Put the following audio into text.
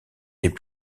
des